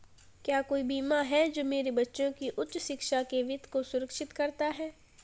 क्या कोई बीमा है जो मेरे बच्चों की उच्च शिक्षा के वित्त को सुरक्षित करता है?